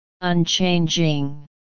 unchanging